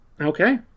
Okay